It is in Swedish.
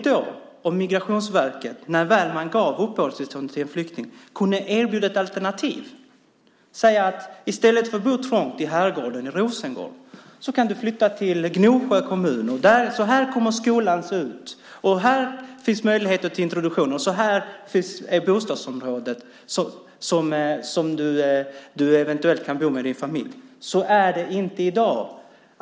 Tänk om Migrationsverket, när de ger uppehållstillstånd till flyktingar, kunde erbjuda ett alternativ och säga att i stället för att bo trångt i Herrgården i Rosengård kan flyktingarna flytta till Gnosjö kommun, berätta att där finns möjligheter till introduktion, berätta hur skolan kommer att se ut och hur bostadsområdet som de eventuellt kan bo i med sina familjer ser ut. Så är det inte i dag.